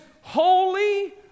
holy